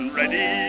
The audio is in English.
ready